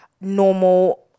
normal